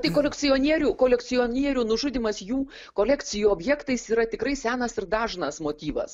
tai kolekcionierių kolekcionierių nužudymas jų kolekcijų objektais yra tikrai senas ir dažnas motyvas